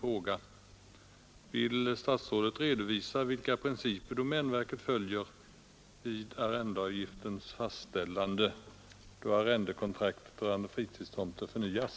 Med anledning av det anförda får jag anhålla om riksdagens tillstånd att till herr jordbruksministern framställa följande fråga: Vill statsrådet redovisa vilka principer domänverket följer vid arrendeavgiftens fastställande, då arrendekontrakt gällande fritidstomter förnyas?